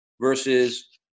versus